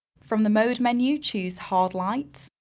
from the mode menu, choose hard light,